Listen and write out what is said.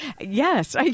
Yes